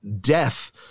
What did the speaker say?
death